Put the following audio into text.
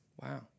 Wow